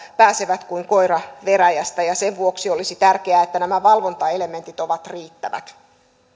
pääsevät kuin koira veräjästä sen vuoksi olisi tärkeää että nämä valvontaelementit ovat riittävät